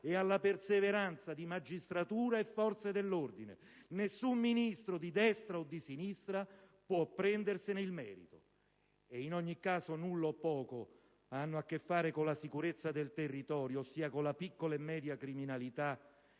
e alla perseveranza di magistratura e forze dell'ordine: nessun ministro, di destra o di sinistra, può prendersene il merito. In ogni caso, nulla o poco hanno a che fare con la sicurezza sul territorio, ossia con la piccola e media criminalità,